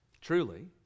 truly